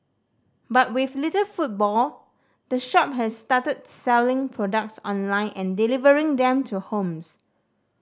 but with little footfall the shop has started selling products online and delivering them to homes